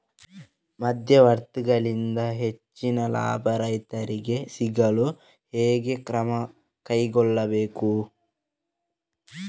ಮಧ್ಯವರ್ತಿಗಳಿಂದ ಹೆಚ್ಚಿನ ಲಾಭ ರೈತರಿಗೆ ಸಿಗಲು ಹೇಗೆ ಕ್ರಮ ಕೈಗೊಳ್ಳಬೇಕು?